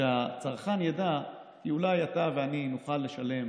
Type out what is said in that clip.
שהצרכן ידע, כי אולי אתה ואני נוכל לשלם